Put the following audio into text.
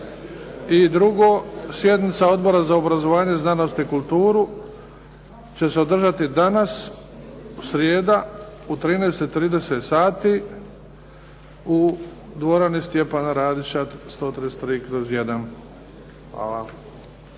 I drugo, sjednica Odbora za obrazovanje, znanost i kulturu će se održati danas, srijeda u 13,30 sati u dvorani "Stjepana Radić" 133/1. Hvala.